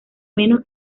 menos